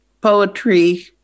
poetry